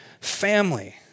family